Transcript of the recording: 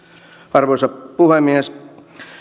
arvoisa puhemies